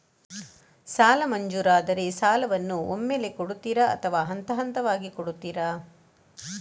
ಸಾಲ ಮಂಜೂರಾದರೆ ಸಾಲವನ್ನು ಒಮ್ಮೆಲೇ ಕೊಡುತ್ತೀರಾ ಅಥವಾ ಹಂತಹಂತವಾಗಿ ಕೊಡುತ್ತೀರಾ?